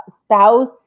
spouse